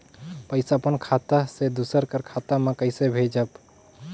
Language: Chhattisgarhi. पइसा अपन खाता से दूसर कर खाता म कइसे भेजब?